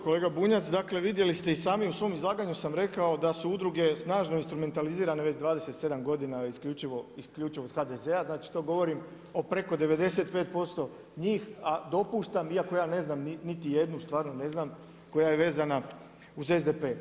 Kolega Bunjac, vidjeli ste i sami u svom izlaganju sam rekao da su udruge snažno instrumentalizirane već 27 godina isključivo od HDZ-a, znači to govorim o preko 95% njih, a dopuštam iako ja ne znam niti jednu, stvarno ne znam koja je vezana uz SDP.